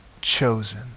chosen